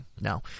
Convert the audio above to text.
No